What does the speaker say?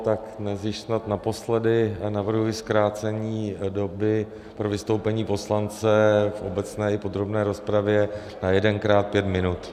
Tak dnes již snad naposledy, navrhuji zkrácení doby pro vystoupení poslance v obecné i podrobné rozpravě na jedenkrát pět minut.